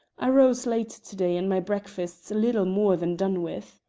i rose late to-day, and my breakfast's little more than done with.